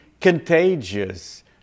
contagious